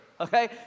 Okay